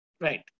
right